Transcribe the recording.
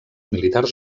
militars